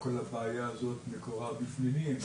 כל הבעיה הזאת, מקורה בפלילים.